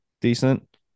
Decent